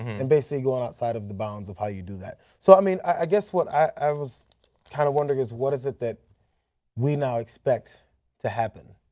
and going outside of the bounds of how you do that. so i mean i guess what i was kind of wondering is, what is it that we now expect to happen?